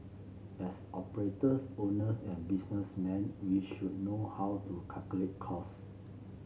as operators owners and businessmen we should know how to calculate cost